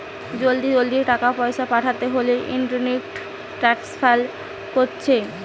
জলদি জলদি টাকা পয়সা পাঠাতে হোলে ইলেক্ট্রনিক ট্রান্সফার কোরছে